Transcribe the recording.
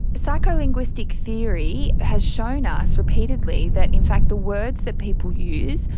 psycholinguistic theory has shown us repeatedly that in fact the words that people use,